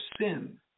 sin